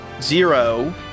Zero